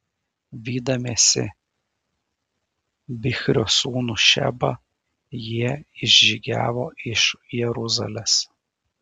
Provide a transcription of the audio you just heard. vydamiesi bichrio sūnų šebą jie išžygiavo iš jeruzalės